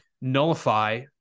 nullify